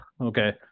okay